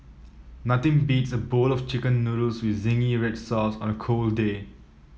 nothing beats a bowl of chicken noodles with zingy red sauce on a cold day